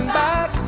back